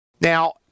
Now